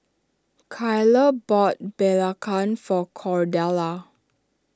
Kyler bought Belacan for Cordella